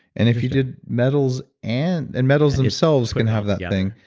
and if you did metals and. and metals themselves can have that thing.